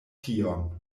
tion